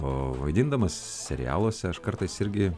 o vaidindamas serialuose aš kartais irgi